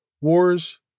Wars